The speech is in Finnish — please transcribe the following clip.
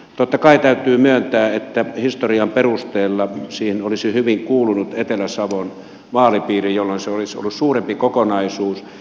totta kai täytyy myöntää että historian perusteella siihen olisi hyvin kuulunut etelä savon vaalipiiri jolloin se olisi ollut suurempi kokonaisuus